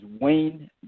Wayne